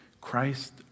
Christ